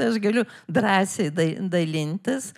aš galiu drąsiai dai dalintis